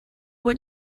what